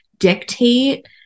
dictate